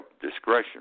discretion